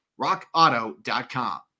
rockauto.com